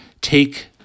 take